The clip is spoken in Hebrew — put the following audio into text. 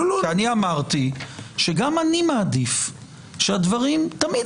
אני אמרתי שגם אני מעדיף שהדברים תמיד